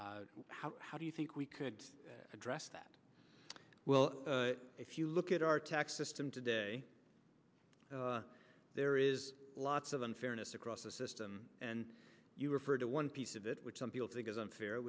how how do you think we could address that well if you look at our tax system today there is lots of unfairness across the system and you referred to one piece of it which some people think is unfair